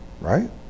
Right